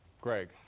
Greg